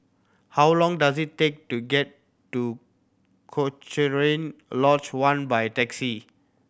how long does it take to get to Cochrane Lodge One by taxi